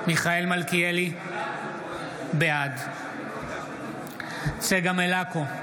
מלכיאלי, בעד צגה מלקו,